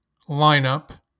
lineup